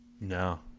no